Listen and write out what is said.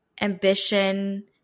ambition –